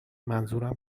منظورم